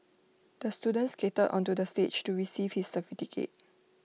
the student skated onto the stage to receive his certificate